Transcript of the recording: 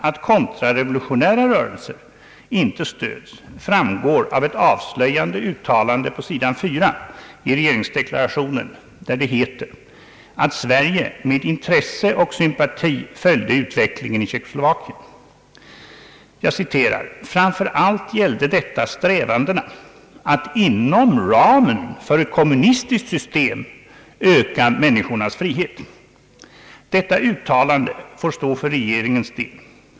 Att kontrarevolutionära rörelser inte stöds, framgår av ett avslöjande uttalande på s. 4 i stencilen av regeringsdeklarationen, där det heter att Sverige med intresse och sympati följde utvecklingen i Tjeckoslovakien. »Framför allt gällde detta strävandena att inom ramen för ett kommunistiskt system öka människornas frihet.» Detta uttalande får stå för regeringens del.